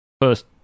first